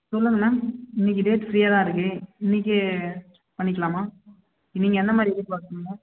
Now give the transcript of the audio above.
சொல்லுங்கள் மேம் இன்றைக்கு டேட் ஃப்ரீயாக தான் இருக்குது இன்றைக்கு பண்ணிக்கலாமா நீங்கள் எந்த மாதிரி எதிர்பார்க்குறீங்க